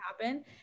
happen